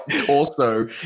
torso